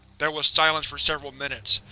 there was silence for several minutes.